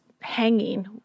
hanging